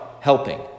helping